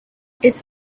its